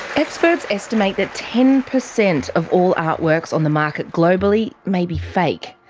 experts estimate that ten percent of all artworks on the market globally may be fake.